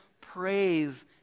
praise